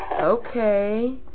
Okay